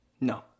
No